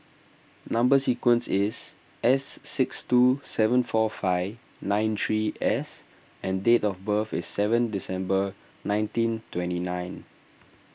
Number Sequence is S six two seven four five nine three S and date of birth is seven December nineteen twenty nine